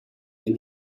and